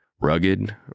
Rugged